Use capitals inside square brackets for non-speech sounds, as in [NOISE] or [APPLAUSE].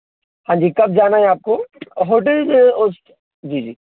हाँ जी कब जाना है आपको होटल जो [UNINTELLIGIBLE] उस जी जी